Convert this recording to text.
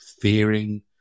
fearing